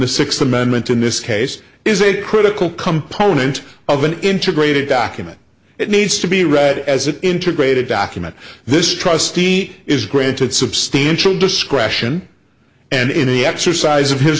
the sixth amendment in this case is a critical component of an integrated document it needs to be read as an integrated document this trustee is granted substantial discretion and in the exercise of his